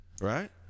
Right